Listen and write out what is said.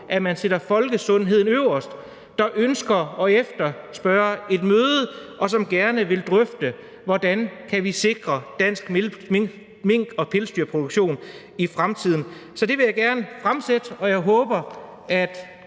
at man sætter folkesundheden øverst, og som ønsker at efterspørge et møde, og som gerne vil drøfte, hvordan vi kan sikre dansk mink- og pelsdyrproduktion i fremtiden. Så det forslag til vedtagelse vil jeg gerne fremsætte, og jeg håber, at